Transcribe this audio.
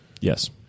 Yes